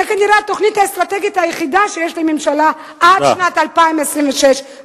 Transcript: זה כנראה התוכנית האסטרטגית היחידה שיש לממשלה עד שנת 2026. תודה.